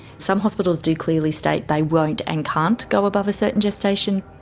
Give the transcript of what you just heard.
some hospitals do clearly state they won't and can't go above a certain gestation.